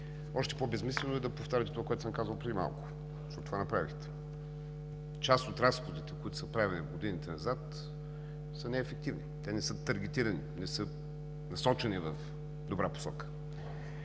Още по-безсмислено е да повтаряте това, което съм казал преди малко. Това направихте! Част от разходите, които са правени в годините назад, са неефективни, те не са таргетирани, не са насочени в добра посока.